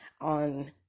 on